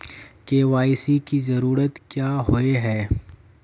KYC की जरूरत क्याँ होय है?